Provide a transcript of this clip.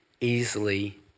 easily